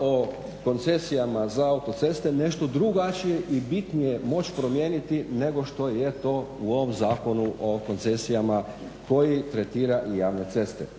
o koncesijama za autoceste nešto drugačije i bitnije moći promijeniti nego što je to u ovom Zakonu o koncesijama koji tretira i javne ceste.